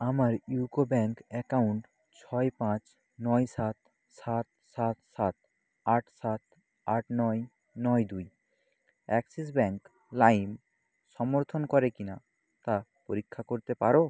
আমার UCO bank account ছয় পাঁচ নয় সাত সাত সাত সাত আট সাত আট নয় নয় দুই অ্যাক্সিস ব্যাংক লাইম সমর্থন করে কি না তা পরীক্ষা করতে পারো